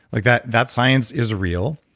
like that that science is real.